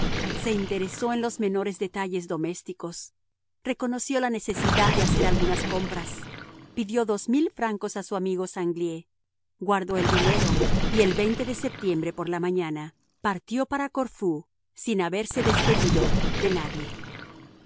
se interesó en los menores detalles domésticos reconoció la necesidad de hacer algunas compras pidió francos a su amigo sanglié guardó el dinero y el de septiembre por la mañana partió para corfú sin haberse despedido de nadie